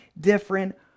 different